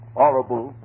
horrible